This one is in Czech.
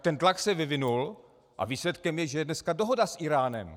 Ten tlak se vyvinul a výsledkem je, že je dneska dohoda s Íránem.